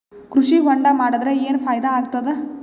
ಕೃಷಿ ಹೊಂಡಾ ಮಾಡದರ ಏನ್ ಫಾಯಿದಾ ಆಗತದ?